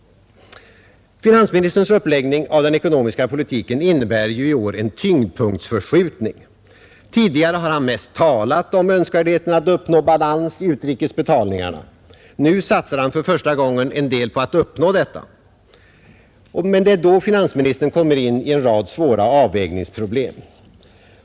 Finansministerns uppläggning av den ekonomiska politiken i år innebär en tyngdpunktsförskjutning. Tidigare år har han mest talat om önskvärdheten av att uppnå balans i utrikesbetalningarna. Nu satsar han för första gången en del på att uppnå detta. Det är då finansministern ställs inför en rad svåra avvägningsproblem.